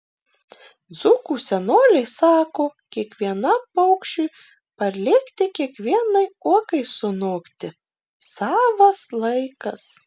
dzūkų senoliai sako kiekvienam paukščiui parlėkti kiekvienai uogai sunokti savas laikas